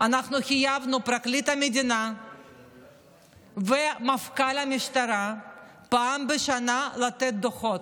חייבנו את פרקליט המדינה ואת מפכ"ל המשטרה פעם בשנה לתת דוחות.